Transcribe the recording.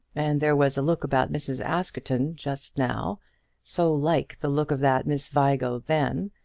and there was a look about mrs. askerton just now so like the look of that miss vigo then,